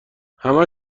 همه